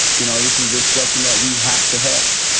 you know, this is the discussion that we have to have.